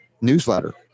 newsletter